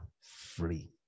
free